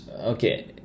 okay